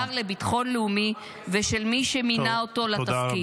-- של השר לביטחון לאומי ושל מי שמינה אותו לתפקיד.